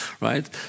right